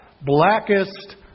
blackest